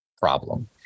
problem